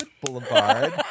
Boulevard